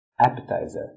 appetizer